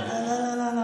לא לא לא.